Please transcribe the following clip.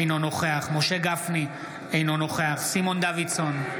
אינו נוכח משה גפני, אינו נוכח סימון דוידסון,